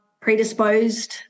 predisposed